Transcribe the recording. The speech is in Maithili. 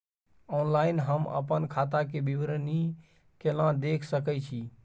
ऑनलाइन हम अपन खाता के विवरणी केना देख सकै छी?